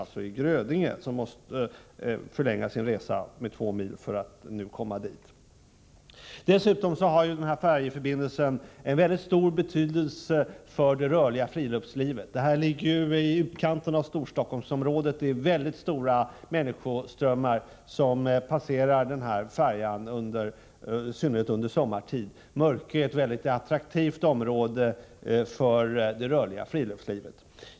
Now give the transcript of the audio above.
Dessa arbetstagare måste förlänga sin resa med 2 mil för att komma dit. Dessutom har färjeförbindelsen stor betydelse för det rörliga friluftslivet. Mörkö ligger i utkanten av Storstockholmsområdet, och det är stora människoströmmar som reser med färjan, i synnerhet sommartid. Mörkö är ett mycket attraktivt område för det rörliga friluftslivet.